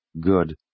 good